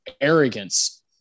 arrogance